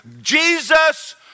Jesus